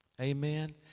amen